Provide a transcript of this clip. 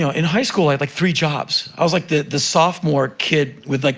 in high school i had, like, three jobs. i was, like, the the sophomore kid with, like